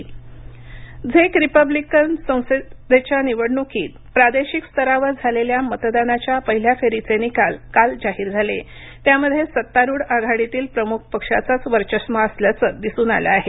झेक निवडणक झेक रिपब्लिक संसदेच्या निवडणुकीत प्रादेशिक स्तरावर झालेल्या मतदानाच्या पहिल्या फेरीचे निकाल काल जाहीर झाले त्यामध्ये सत्तारुढ आघाडीतील प्रमुख पक्षाचाच वरचष्मा असल्याचं दिसून आलं आहे